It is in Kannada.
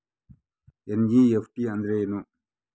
ಎನ್.ಇ.ಎಫ್.ಟಿ ಅಂದ್ರೆನು?